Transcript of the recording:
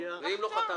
להגיע --- ואם לא חתמתי?